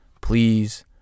Please